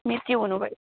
मृत्यु हुनुभयो